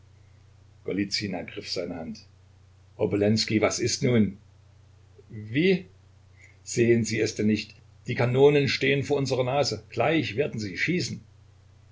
ergriff seine hand obolenskij was ist nun wie sehen sie es denn nicht die kanonen stehen vor unserer nase gleich werden sie schießen